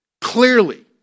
Clearly